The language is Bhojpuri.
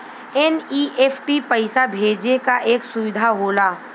एन.ई.एफ.टी पइसा भेजे क एक सुविधा होला